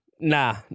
nah